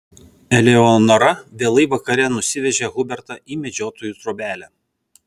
eleonora vėlai vakare nusivežė hubertą į medžiotojų trobelę